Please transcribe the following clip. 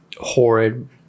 horrid